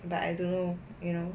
but I don't know you know